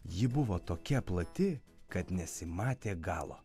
ji buvo tokia plati kad nesimatė galo